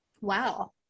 wow